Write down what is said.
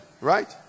right